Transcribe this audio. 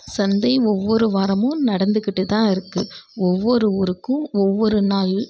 சந்தை ஒவ்வொரு வாரமும் நடந்துக்கிட்டு தான் இருக்குது ஒவ்வொரு ஊருக்கும் ஒவ்வொரு நாள்